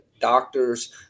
doctors